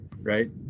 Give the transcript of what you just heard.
right